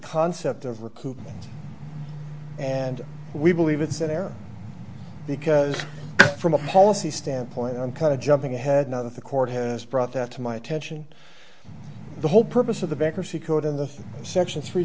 concept of recouping and we believe it's an error because from a policy standpoint i'm kind of jumping ahead now that the court has brought that to my attention the whole purpose of the bankruptcy court and the section three